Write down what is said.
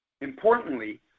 Importantly